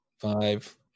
five